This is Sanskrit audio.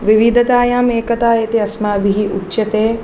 विविधतायामेकता इति अस्माभिः उच्यते